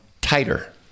tighter